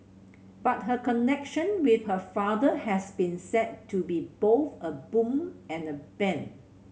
but her connection with her father has been said to be both a boon and a bane